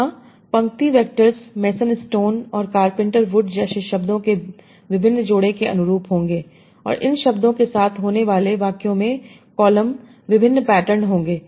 यहाँ पंक्ति vectors mason stone और कारपेंटर वुड जैसे शब्दों के विभिन्न जोड़े के अनुरूप होंगे और इन शब्दों के साथ होने वाले वाक्यों में कॉलम विभिन्न पैटर्न होंगे